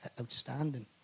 outstanding